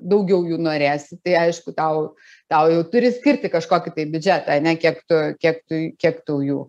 daugiau jų norėsi tai aišku tau tau jau turi skirti kažkokį tai biudžetą ane kiek tu kiek tu kiek tau jų